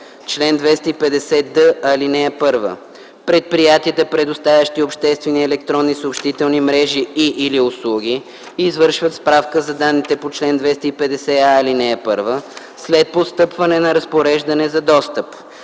Чл. 250д. (1) Предприятията, предоставящи обществени електронни съобщителни мрежи и/или услуги, извършват справка за данните по чл. 250а, ал. 1 след постъпване на разпореждане за достъп.